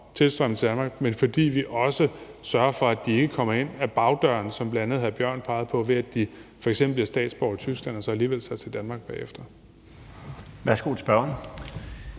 tilstrømning til Danmark, men fordi vi også sørger for, at de ikke kommer ind ad bagdøren, som bl.a. hr. Mikkel Bjørn pegede på, ved at de f.eks. bliver statsborgere i Tyskland og så alligevel tager til Danmark bagefter. Kl.